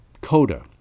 CODA